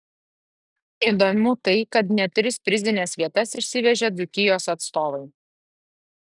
įdomu tai kad net tris prizines vietas išsivežė dzūkijos atstovai